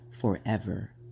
forever